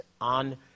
on